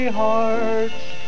heart's